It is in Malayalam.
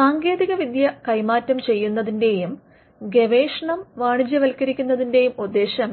സാങ്കേതികവിദ്യ കൈമാറ്റം ചെയ്യുന്നതിന്റെയും ഗവേഷണം വാണിജ്യവത്കരിക്കുന്നതിന്റെയും ഉദ്ദേശ്യം